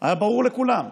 היה ברור לכולם,